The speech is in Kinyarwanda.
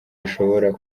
bishobora